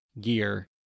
gear